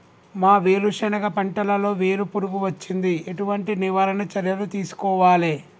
మా వేరుశెనగ పంటలలో వేరు పురుగు వచ్చింది? ఎటువంటి నివారణ చర్యలు తీసుకోవాలే?